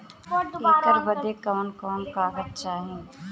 ऐकर बदे कवन कवन कागज चाही?